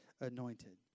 anointed